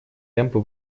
темпы